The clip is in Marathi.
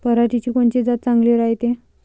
पऱ्हाटीची कोनची जात चांगली रायते?